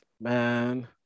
man